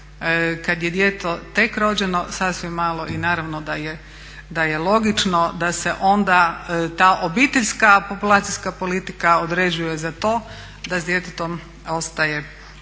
kad je dijete tek rođeno, sasvim malo i naravno da je logično da se onda ta obiteljska populacijska politika određuje za to da s djetetom ostaje